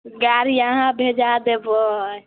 गाड़ी अहाँ भेजा देबै